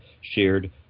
shared